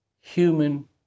human